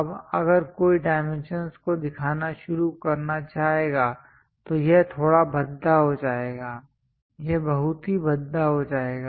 अब अगर कोई डाइमेंशंस को दिखाना शुरू करना चाहेगा तो यह थोड़ा भद्दा हो जाएगा यह बहुत ही भद्दा हो जाएगा